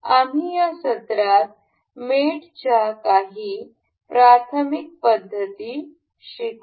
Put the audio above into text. आम्ही या सत्रात मेट च्या काही प्राथमिक पद्धती शिकू